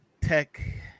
Tech